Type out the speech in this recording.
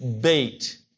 bait